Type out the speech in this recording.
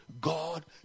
God